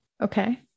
Okay